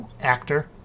actor